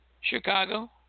Chicago